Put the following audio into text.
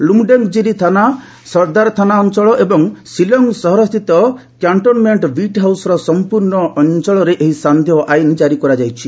ଲୁମ୍ଡେଙ୍ଗ୍କିରି ଥାନା ସର୍ଦ୍ଦାର ଥାନା ଅଞ୍ଚଳ ଏବଂ ଶିଳଂ ସହରସ୍ଥିତ କ୍ୟାଣ୍ଟନ୍ମେଣ୍ଟ ବିଟ୍ ହାଉସ୍ର ସମ୍ପର୍ଶ୍ଣ ଅଞ୍ଚଳରେ ଏହି ସାନ୍ଧ୍ୟ ଆଇନ ଜାରି କରାଯାଇଛି